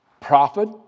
Prophet